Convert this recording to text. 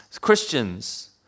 Christians